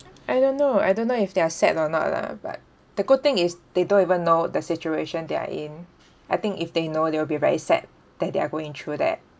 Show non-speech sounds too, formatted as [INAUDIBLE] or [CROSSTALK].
I don't know I don't know if they are sad or not lah but the good thing is they don't even know the situation they are in [BREATH] I think if they know they will be very sad that they are going through that